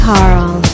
Carl